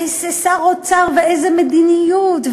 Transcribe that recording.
איזה שר אוצר ואיזה מדיניות,